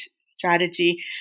strategy